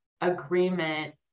agreement